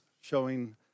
showing